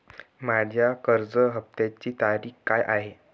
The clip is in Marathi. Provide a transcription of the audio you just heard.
माझ्या कर्ज हफ्त्याची तारीख काय आहे?